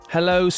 Hello